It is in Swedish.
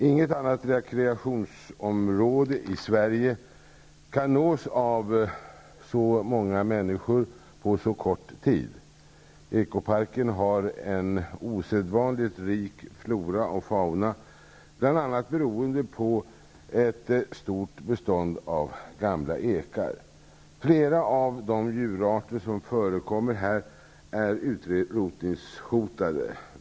Inget annat rekreationsområde i Sverige kan nås av så många människor på så kort tid. Ekoparken har osedvanligt rik flora och fauna, bl.a. beroende på ett stort bestånd av gamla ekar. Flera av de djurarter som förekommer här är utrotningshotade.